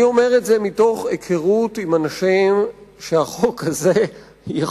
אני אומר את זה מתוך היכרות עם אנשים שהחוק הזה יכול,